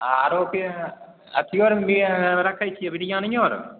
आरो के अथियो आर मी रक्खै छियै बिरियानियो आर